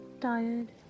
tired